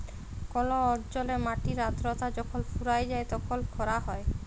call অল্চলে মাটির আদ্রতা যখল ফুরাঁয় যায় তখল খরা হ্যয়